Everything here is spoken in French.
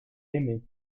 aimé